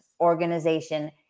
organization